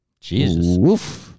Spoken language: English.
Jesus